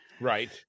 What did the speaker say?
Right